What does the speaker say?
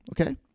Okay